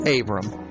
Abram